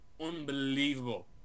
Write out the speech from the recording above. unbelievable